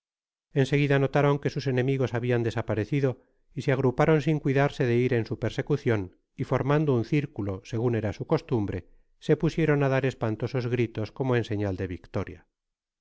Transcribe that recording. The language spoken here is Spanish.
seguida notaron que sus enemigos habian desaparecido y se agruparon sin cuidarse de ir en su persecucion y formando un circulo segun era su costumbre se pusieron á dar espantosos gritos como en señal de victoria